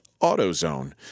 AutoZone